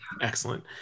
Excellent